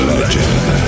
Legend